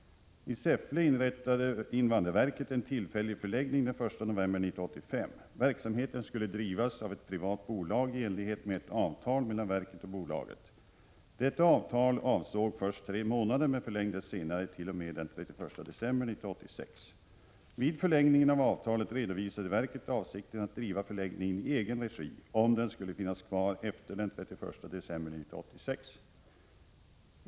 I Säffle inrättade invandrarverket en tillfällig förläggning den 1 november 1985. Verksamheten skulle drivas av ett privat bolag i enlighet med avtal mellan verket och bolaget. Detta avtal avsåg först tre månader, men förlängdes senare t.o.m. den 31 december 1986. Vid förlängningen av avtalet redovisade verket avsikten att driva förläggningen i egen regi, om den skulle finnas kvar efter den 31 december 1986.